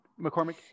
McCormick